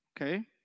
Okay